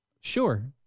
Sure